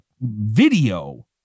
video